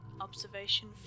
Observation